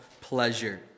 pleasure